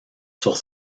sur